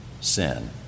sin